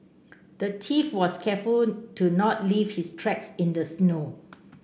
the was careful to not leave his tracks in the snow